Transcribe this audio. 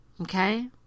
Okay